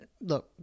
look